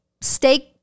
steak